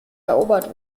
erobert